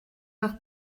leur